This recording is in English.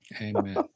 Amen